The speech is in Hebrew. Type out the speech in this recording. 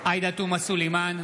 עאידה תומא סלימאן,